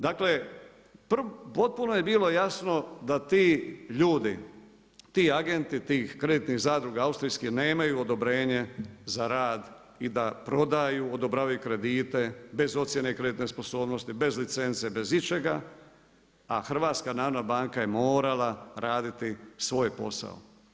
Dakle potpuno je bilo jasno da ti ljudi, ti agenti tih kreditnih zadruga austrijskih nemaju odobrenje za rad i da prodaju, odobravaju kredite bez ocjene kreditne sposobnosti, bez licence, bez ičega, a HNB je morala raditi svoj posao.